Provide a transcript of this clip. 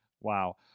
Wow